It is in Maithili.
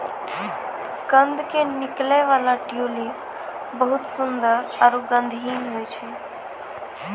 कंद के निकलै वाला ट्यूलिप बहुत सुंदर आरो गंधहीन होय छै